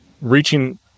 reaching